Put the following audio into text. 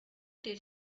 did